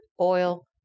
oil